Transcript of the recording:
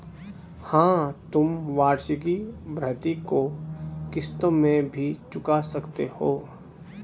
हाँ, तुम वार्षिकी भृति को किश्तों में भी चुका सकते हो